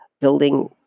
building